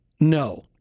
no